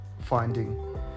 finding